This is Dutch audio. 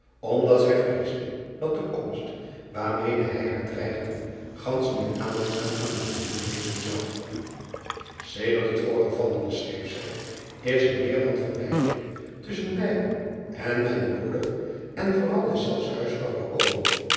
omdat zij vreesde dat de komst waarmede hij haar dreigde gansch niet aangenaam aan de familie wezen zou edert het voorgevallene schreef zij is er meer dan verwijdering tusschen mij en mijnen broeder en vooral deszelfs huisvrouw gekomen